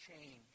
change